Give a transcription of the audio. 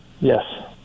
yes